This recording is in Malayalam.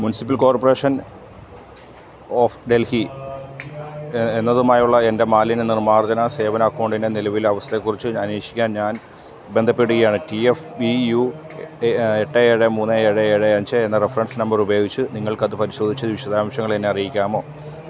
മുനിസിപ്പൽ കോർപ്പറേഷൻ ഓഫ് ഡൽഹി എന്നതുമായുള്ള എൻ്റെ മാലിന്യ നിർമാർജന സേവന അക്കൗണ്ടിൻ്റെ നിലവിലെ അവസ്ഥയെ കുറിച്ചു അന്വേഷിക്കാൻ ഞാൻ ബന്ധപ്പെടുകയാണ് റ്റി എഫ് ബി യൂ എട്ട് ഏഴ് മൂന്ന് ഏഴ് ഏഴ് അഞ്ച് എന്ന റഫറൻസ് നമ്പർ ഉപയോഗിച്ചു നിങ്ങൾക്ക് അത് പരിശോധിച്ചു വിശദാംശങ്ങൾ എന്നെ അറിയിക്കാമോ